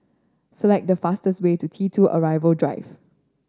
select the fastest way to T Two Arrival Drive